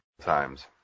times